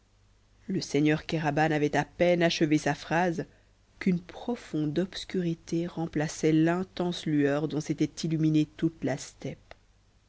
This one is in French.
le seigneur kéraban avait à peine achevé sa phrase qu'une profonde obscurité remplaçait l'intense lueur dont s'était illuminée toute la steppe